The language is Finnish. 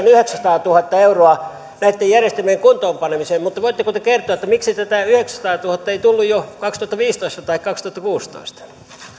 yhdeksänsataatuhatta euroa näitten järjestelmien kuntoon panemiseen mutta voitteko te kertoa miksi tätä yhdeksääsataatuhatta ei tullut jo kaksituhattaviisitoista tai kaksituhattakuusitoista